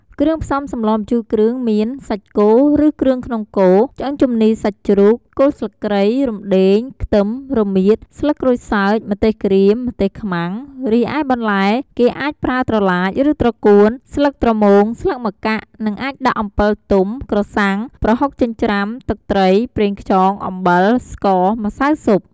គ្រឿងផ្សំសម្លម្ជូរគ្រឿងមាន សាច់គោឬគ្រឿងក្នុងគោ ឆ្អឹងជំនីសាច់់ជ្រូក គល់ស្លឹកគ្រៃ រំដេង ខ្ទឹម រមៀត ស្លឹកក្រូចសើច ម្ទេសក្រៀម ម្ទេសខ្មាំង រីឯបន្លែគេអាចប្រើត្រឡាចឬត្រកួន ស្លឹកត្រមូង ស្លឹកម្កាក់ និងអាចដាក់អំពិលទុំ ក្រសាំង ប្រហុកចិព្រ្ចាំ ទឹកត្រី ប្រេងខ្យង អំបិល ស្ករ ម្សៅស៊ុប។